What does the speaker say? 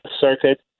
Circuit